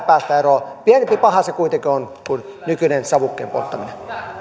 päästä eroon pienempi paha se kuitenkin on kuin nykyinen savukkeen polttaminen